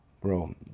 Bro